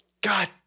God